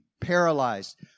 paralyzed